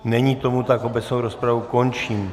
Není tomu tak, obecnou rozpravu končím.